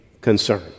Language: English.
concern